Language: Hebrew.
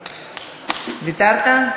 ויתרת?